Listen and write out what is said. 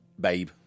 babe